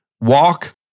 walk